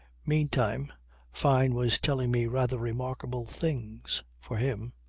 meantime fyne was telling me rather remarkable things for him.